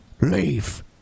Leave